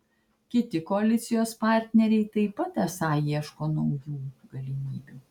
kiti koalicijos partneriai taip pat esą ieško naujų galimybių